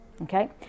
Okay